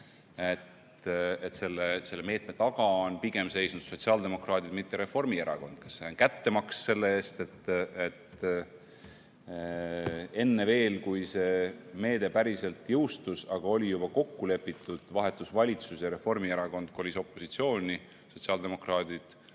et selle meetme taga on pigem seisnud sotsiaaldemokraadid, mitte Reformierakond? Kas see on kättemaks selle eest, et enne veel, kui see meede päriselt jõustus, aga oli juba kokku lepitud, vahetus valitsus ja Reformierakond kolis opositsiooni ja sotsiaaldemokraadid